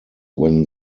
when